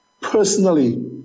personally